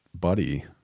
buddy